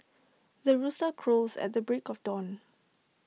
the rooster crows at the break of dawn